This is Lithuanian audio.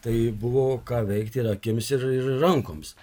tai buvo ką veikti ir akims ir rankoms